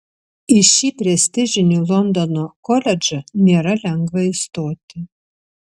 į šį prestižinį londono koledžą nėra lengva įstoti